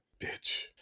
bitch